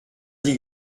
dix